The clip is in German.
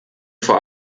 vor